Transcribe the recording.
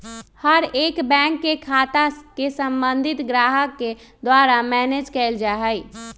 हर एक बैंक के खाता के सम्बन्धित ग्राहक के द्वारा मैनेज कइल जा हई